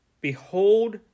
Behold